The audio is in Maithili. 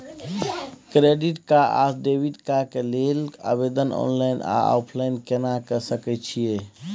क्रेडिट कार्ड आ डेबिट कार्ड के लेल आवेदन ऑनलाइन आ ऑफलाइन केना के सकय छियै?